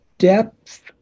Depth